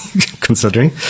considering